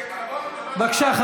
בבקשה,